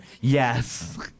Yes